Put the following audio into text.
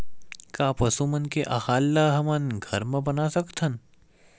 का पशु मन के आहार ला हमन घर मा बना सकथन?